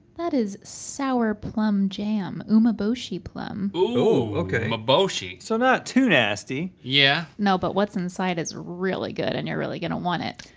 that is sour plum jam. umeboshi plum. ooh-meboshi. so not too nasty. yeah. no but what's inside is really good and you're really gonna want it.